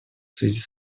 связи